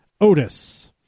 Otis